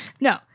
No